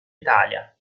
italia